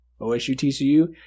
OSU-TCU